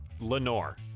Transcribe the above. Lenore